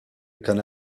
cannes